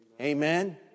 Amen